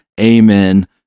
Amen